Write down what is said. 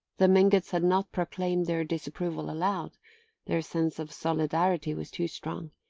the mingotts had not proclaimed their disapproval aloud their sense of solidarity was too strong.